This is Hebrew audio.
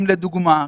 לדוגמה,